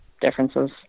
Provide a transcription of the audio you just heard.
differences